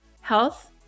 health